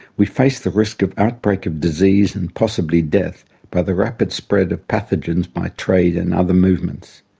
we face the risk of outbreak of disease and possibly death by the rapid spread of pathogens by trade and other movements.